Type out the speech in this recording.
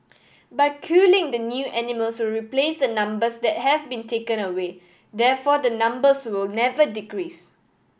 by culling the new animals will replace the numbers that have been taken away therefore the numbers will never decrease